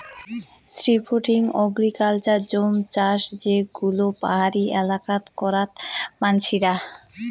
shifting agriculture জুম চাষ যে গুলো পাহাড়ি এলাকাত করাত মানসিরা